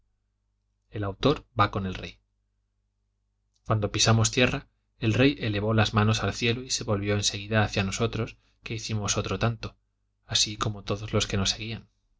el autor va con el rey cuando pisamos tierra el rey elevó las manos al cielo y se volvió en seguida hacia nosotros que hicimos otro tanto así como todos los que nos seguían